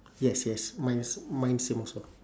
yes yes mine s~ mine same also